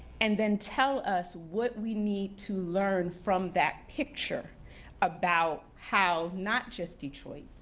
and then tell us what we need to learn from that picture about how, not just detroit,